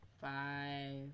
five